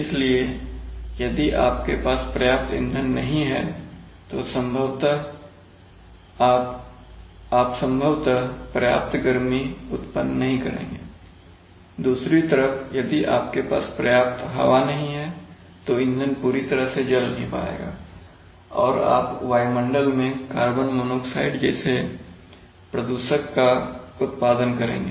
इसलिए यदि आपके पास पर्याप्त ईंधन नहीं है तो आप संभवतः पर्याप्त गर्मी उत्पन्न नहीं करेंगे दूसरी तरफ यदि आपके पास पर्याप्त हवा नहीं है तो ईंधन पूरी तरह से जल नहीं पाएगा और आप वायुमंडल में कार्बन मोनोऑक्साइड जैसे प्रदूषक का उत्पादन करेंगे